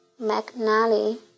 McNally